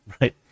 right